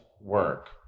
work